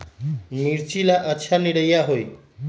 मिर्च ला अच्छा निरैया होई?